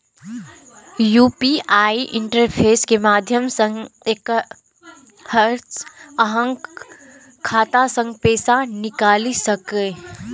UPI interface के माध्यम सं हैकर्स अहांक खाता सं पैसा निकालि सकैए